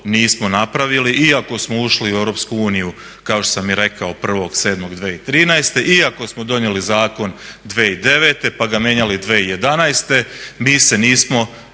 nismo napravili, iako smo ušli u EU kao što sam i rekao 1.7.2013., iako smo donijeli zakon 2009. pa ga menjali 2011. mi se nismo